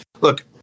Look